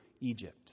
Egypt